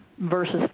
versus